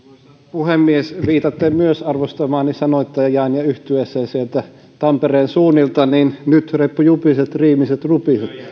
puhemies viitaten myös siihen arvostamaani sanoittajaan ja yhtyeeseen sieltä tampereen suunnilta nyt reppu jupiset riimisi rupiset